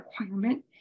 requirement